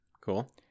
Cool